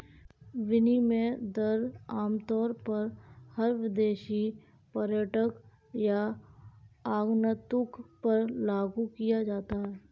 विनिमय दर आमतौर पर हर विदेशी पर्यटक या आगन्तुक पर लागू किया जाता है